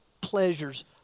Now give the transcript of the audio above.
pleasures